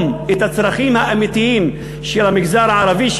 את הצרכים האמיתיים של המגזר הערבי,